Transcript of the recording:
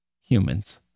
humans